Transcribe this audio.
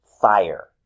Fire